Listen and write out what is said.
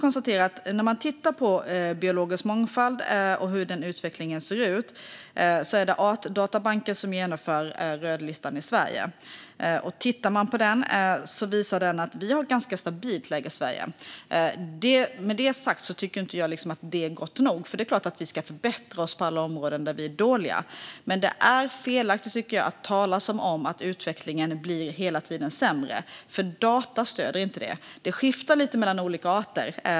När det gäller biologisk mångfald och hur den utvecklingen ser ut är det Artdatabanken som håller i rödlistan i Sverige. Tittar man på den ser man att vi har ett ganska stabilt läge i Sverige. Med det sagt tycker jag inte att det är gott nog. Det är klart att vi ska förbättra oss på alla områden där vi är dåliga. Jag tycker dock att det är felaktigt att tala som om utvecklingen hela tiden går åt det sämre. Data stöder inte det. Det skiftar lite mellan olika arter.